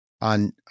on